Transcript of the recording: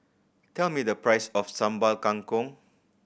tell me the price of Sambal Kangkong